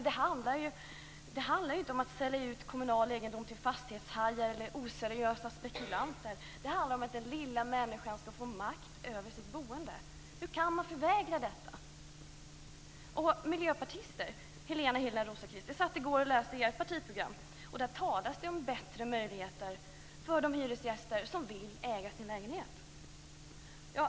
Det handlar ju inte om att sälja ut kommunal egendom till fastighetshajar eller oseriösa spekulanter. Det handlar om att den lilla människan skall få makt över sitt boende. Hur kan man förvägra henne det? Och hur är det med er miljöpartister, Helena Hillar Rosenqvist? Jag satt i går och läste ert partiprogram. Där talas det om bättre möjligheter för de hyresgäster som vill äga sin lägenhet.